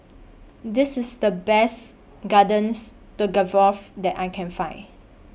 This IS The Best Garden Stroganoff that I Can Find